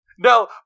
No